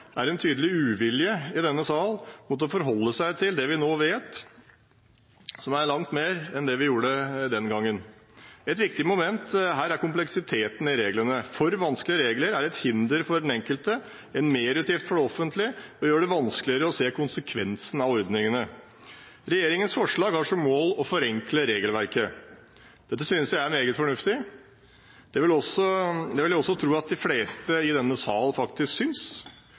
er en tydelig uvilje i denne salen mot å forholde seg til det vi nå vet, som er langt mer enn det vi visste den gangen. Et viktig moment her er kompleksiteten i reglene. For vanskelige regler er et hinder for den enkelte, en merutgift for det offentlige og gjør det vanskeligere å se konsekvensene av ordningene. Regjeringens forslag har som mål å forenkle regelverket. Det synes jeg er meget fornuftig. Det vil jeg også tro at de fleste i denne salen faktisk synes.